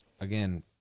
again